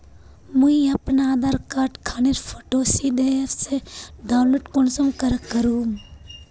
मुई अपना आधार कार्ड खानेर फोटो सीधे ऐप से डाउनलोड कुंसम करे करूम?